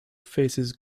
faces